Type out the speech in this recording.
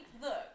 look